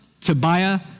Tobiah